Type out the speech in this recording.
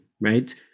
right